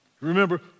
Remember